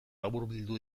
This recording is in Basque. laburbildu